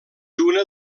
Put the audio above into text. una